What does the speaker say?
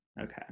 Okay